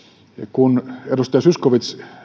kun edustaja zyskowicz